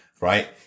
Right